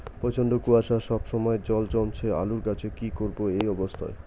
প্রচন্ড কুয়াশা সবসময় জল জমছে আলুর গাছে কি করব এই অবস্থায়?